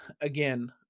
again